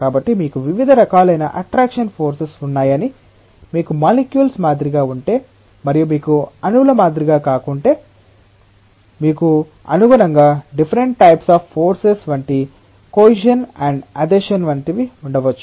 కాబట్టి మీకు వివిధ రకాలైన అట్ట్రక్షణ్ ఫోర్సెస్ ఉన్నాయని మీకు మాలిక్యుల్స్ మాదిరిగా ఉంటే మరియు మీకు అణువుల మాదిరిగా కాకుండా ఉంటే మీకు అనుగుణంగా డిఫ్ఫరెంట్ టైప్స్ అఫ్ ఫోర్సెస్ వంటి కొయిషన్ అండ్ అదెషన్ వంటివి ఉండవచ్చు